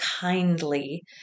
kindly